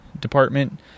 department